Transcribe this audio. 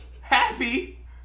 happy